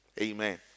Amen